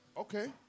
Okay